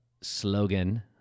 Slogan